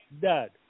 dad